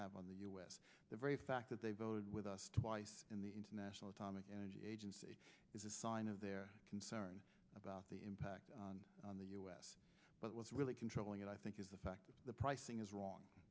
have on the u s the very fact that they voted with us twice in the international atomic energy agency is a sign of their concern about the impact on the u s but what's really controlling it i think is the fact that the pricing is wrong